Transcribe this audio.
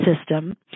system